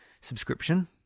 subscription